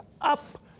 up